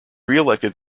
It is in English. reelected